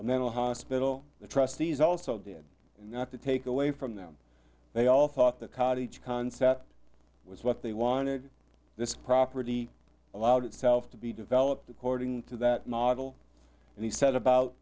a mental hospital the trustees also did not to take away from them they all thought the cottage concept was what they wanted this property allowed itself to be developed according to that model and he set about